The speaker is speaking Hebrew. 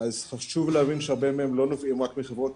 אני רק אומר,